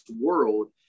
world